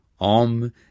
OM